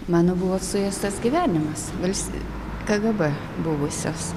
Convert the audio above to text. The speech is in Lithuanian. mano buvo suėstas gyvenimas vals kgb buvusios